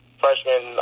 freshman